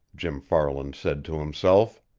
jim farland said to himself.